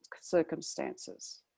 circumstances